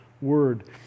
word